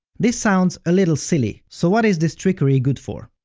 this sounds a little silly, so what is this trickery good for?